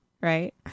right